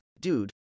Dude